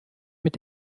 mit